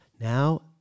Now